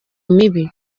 mibi